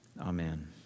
amen